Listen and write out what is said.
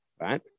Right